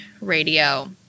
radio